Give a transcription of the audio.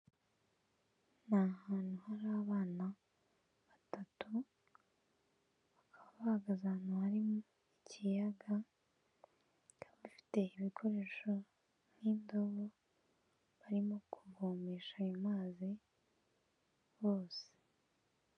Ni ahantu hari abana batatu, bakaba bahagaze ahantu harimo ikiyaga, bakaba bafite ibikoresho nk'idobo, barimo kuvomesha ayo mazi bose.